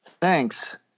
Thanks